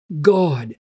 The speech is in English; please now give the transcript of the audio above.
God